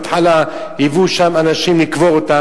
בהתחלה הביאו לשם אנשים לקבור אותם,